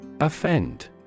Offend